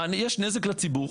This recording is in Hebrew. יש נזק לציבור.